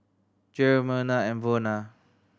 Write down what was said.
Jerrel Merna and Zona